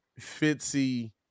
Fitzy